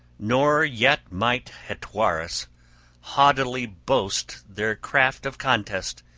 nor yet might hetwaras haughtily boast their craft of contest,